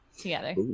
together